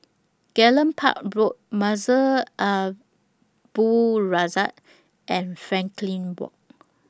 Gallop Park Road Masjid Al Abdul Razak and Frankel Walk